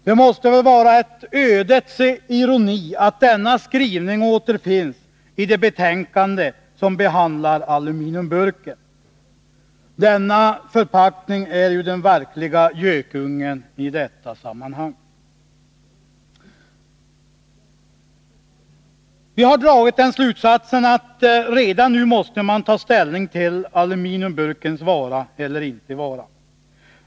Det måste väl vara en ödets ironi att denna skrivning återfinns i det betänkande som behandlar aluminiumburken — denna förpackning är ju den verkliga gökungen i detta sammanhang. Vi har dragit den slutsatsen att man redan nu måste ta ställning till aluminiumburkens vara eller inte vara.